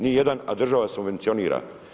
Ni jedan, a država subvencionira.